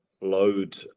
load